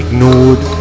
Ignored